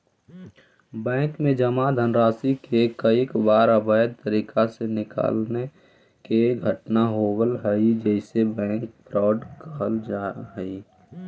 bank में जमा धनराशि के कईक बार अवैध तरीका से निकाले के घटना होवऽ हइ जेसे बैंक फ्रॉड करऽ हइ